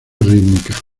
rítmica